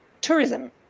Tourism